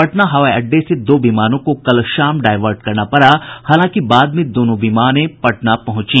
पटना हवाई अड़डे से दो विमानों को कल शाम डायर्वट करना पड़ा हालांकि बाद में दोनों विमानें पटना पहुंची